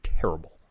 terrible